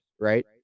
right